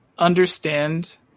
understand